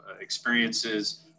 experiences